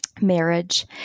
marriage